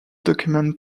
document